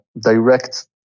direct